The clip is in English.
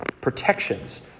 protections